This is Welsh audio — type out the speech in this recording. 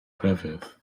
grefydd